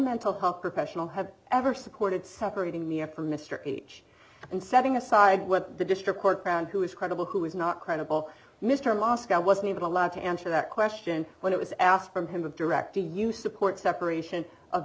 mental health professional have ever supported separating me from mr h and setting aside what the district court crown who is credible who is not credible mr moscow wasn't even allowed to answer that question when it was asked from him directly you support separation of